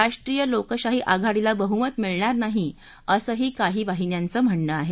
राष्ट्रीय लोकशाही आघाडीला बहुमत मिळणार नाही असंही काही वाहिन्यांच म्हणणं आहे